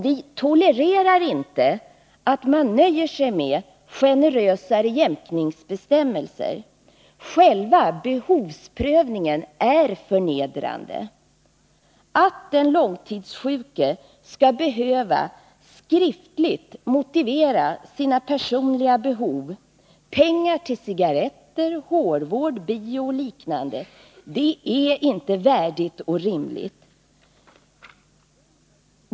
Vi tolererar inte att man nöjer sig med generösare jämkningsbestämmelser — själva behovsprövningen är förnedrande. Att den långtidssjuke skall behöva skriftligen motivera sina personliga behov — pengar till cigarretter, hårvård, bio och liknande — är inte värdigt och rimligt.